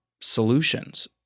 solutions